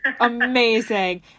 Amazing